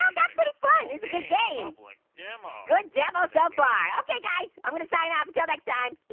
um that's pretty fun. it's a good game. good demo good demo so far. ok guys. i'm going to sign off until next time.